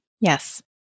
Yes